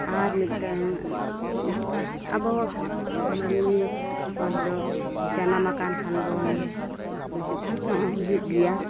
ᱟᱨ ᱢᱤᱫᱴᱟᱹᱝ ᱟᱵᱚ ᱢᱟᱹᱱᱢᱤ ᱦᱚᱲ ᱫᱚ ᱡᱟᱱᱟᱢ ᱟᱠᱟᱱ ᱠᱷᱟᱱ ᱵᱚᱱ ᱜᱩᱡᱩᱜ ᱦᱚᱸ ᱦᱩᱭᱩᱜ ᱜᱮᱭᱟ